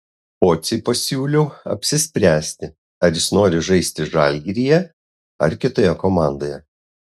pociui pasiūliau apsispręsti ar jis nori žaisti žalgiryje ar kitoje komandoje